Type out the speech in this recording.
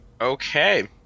Okay